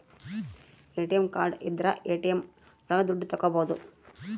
ATM card ಇದ್ರ ATM ಒಳಗ ದುಡ್ಡು ತಕ್ಕೋಬೋದು